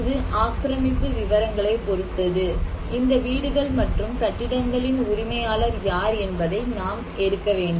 இது ஆக்கிரமிப்பு விவரங்களைப் பொறுத்தது இந்த வீடுகள் மற்றும் கட்டிடங்களின் உரிமையாளர் யார் என்பதை நாம் எடுக்க வேண்டும்